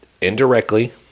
indirectly